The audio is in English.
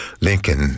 Lincoln